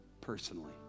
personally